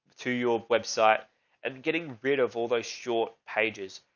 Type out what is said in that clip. to your website and getting rid of all those short pages.